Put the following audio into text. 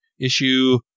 issue